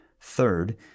Third